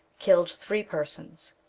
killed three persons.